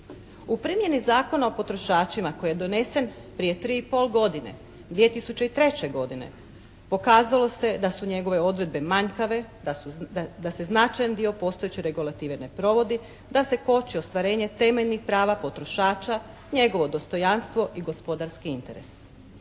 U primjeni Zakona o potrošačima koji je donesen prije tri i pol godine, 2003. godine, pokazalo se da su njegove odredbe manjkave, da se značajan dio postojeće regulative ne provodi, da se koči ostvarenje temeljnih prava potrošača, njegovo dostojanstvo i gospodarski interes.